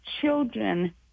children